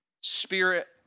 Spirit